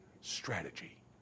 strategy